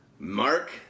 Mark